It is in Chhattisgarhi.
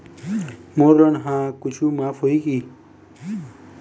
मोर लोन हा कुछू माफ होही की?